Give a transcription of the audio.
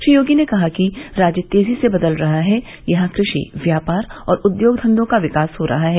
श्री योगी ने कहा कि राज्य तेजी से बदल रहा है यहां कृषि व्यापार और उद्योग धंघों का विकास हो रहा है